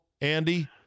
Andy